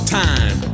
time